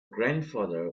grandfather